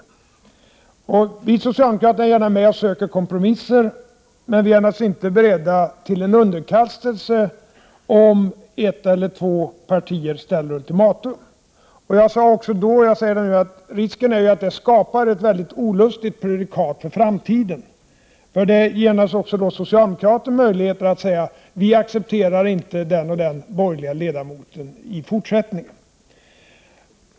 Vi socialdemokrater söker gärna kompromisser. Men vi är naturligtvis inte beredda till underkastelse, om ett eller två partier ställer ultimatum. Jag sade då och jag säger nu att risken finns att det skapar ett väldigt olustigt prejudikat för framtiden. Det ger naturligtvis oss socialdemokrater möjlighet att säga: Vi accepterar inte den eller den borgerliga ledamoten i fortsättningen.